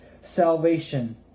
salvation